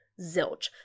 zilch